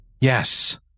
Yes